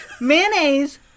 mayonnaise